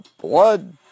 blood